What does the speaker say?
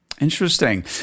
Interesting